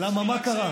למה מה קרה?